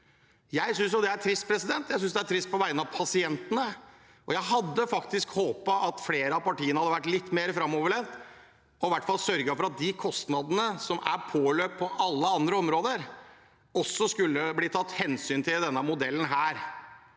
synes jeg er trist. Jeg synes det er trist på vegne av pasientene. Jeg hadde faktisk håpet at flere av partiene hadde vært litt mer framoverlent og i hvert fall sørget for at de kostnadene som er påløpt på alle andre områder, også skulle bli tatt hensyn til i denne modellen.